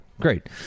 great